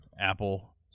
Apple